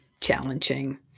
challenging